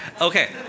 Okay